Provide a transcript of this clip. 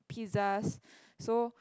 pizzas so